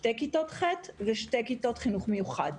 שתי כיתות ח' ושתי כיתות חינוך מיוחד.